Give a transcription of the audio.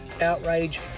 outrage